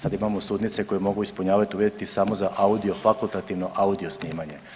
Sad imamo sudnice koje mogu ispunjavati uvjete samo za audio fakultativno audio snimanje.